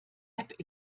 app